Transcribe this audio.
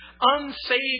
Unsaved